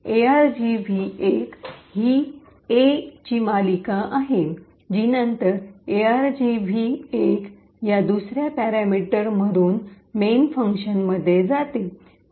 Argv१ ही A ची मालिका आहे जी नंतर argv१ या दुसर्या पॅरामीटर मधून मेन फंक्शन मध्ये जाते